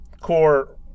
core